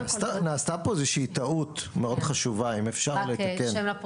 נעשתה פה איזושהי טעות מאוד חשובה, אם אפשר לתקן.